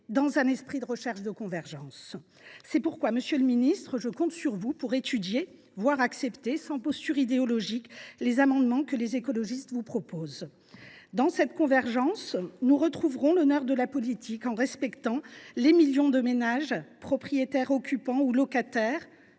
dans un esprit de recherche de convergence. C’est pourquoi, monsieur le ministre, je compte sur vous pour étudier, voire accepter, sans posture idéologique, les amendements que les écologistes défendront. Par une telle convergence, nous retrouverons l’honneur de la politique, en respectant les millions de ménages, propriétaires occupants ou locataires,